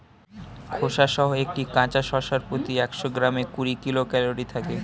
খোসাসহ একটি কাঁচা শসার প্রতি একশো গ্রামে কুড়ি কিলো ক্যালরি থাকে